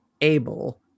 able